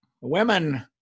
Women